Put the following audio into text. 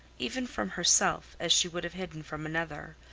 even from herself as she would have hidden from another,